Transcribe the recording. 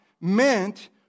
meant